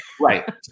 Right